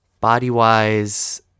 body-wise